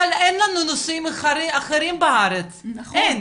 אבל אין לנו נושאים אחרים בארץ, אין.